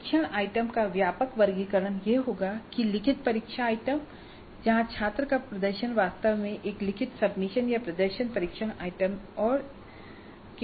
परीक्षण आइटम का व्यापक वर्गीकरण यह होगा कि लिखित परीक्षा आइटम हैं जहां छात्र का प्रदर्शन वास्तव में एक लिखित सबमिशन या प्रदर्शन परीक्षण आइटम के रूप में होता है